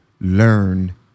learn